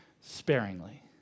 sparingly